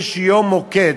יש יום מוקד.